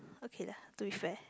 okay lah to be fair